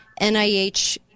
nih